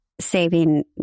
saving